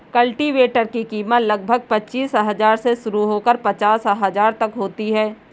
cultivator की कीमत लगभग पचीस हजार से शुरू होकर पचास हजार तक होती है